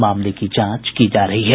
मामले की जांच की जा रही है